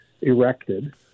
erected